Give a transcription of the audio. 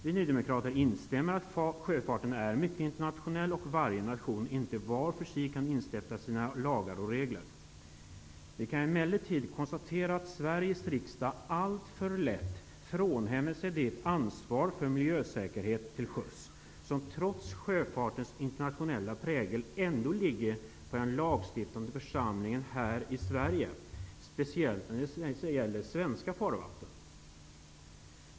Vi nydemokrater instämmer i att sjöfarten är mycket internationell och att inte varje land vart för sig kan instifta sina egna lagar och regler. Vi kan emellertid konstatera att Sveriges riksdag alltför lätt frånhänder sig det ansvar för miljösäkerhet till sjöss som trots sjöfartens internationella prägel ändå ligger på den lagstiftande församlingen här i Sverige, speciellt när det gäller svenska farvatten.